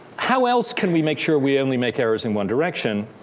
how else can we make sure we only make errors in one direction?